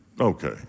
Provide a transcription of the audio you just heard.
okay